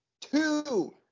two